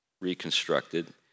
reconstructed